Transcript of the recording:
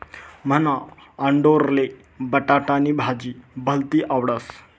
मन्हा आंडोरले बटाटानी भाजी भलती आवडस